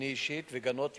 אני אישית, וגנות יותר,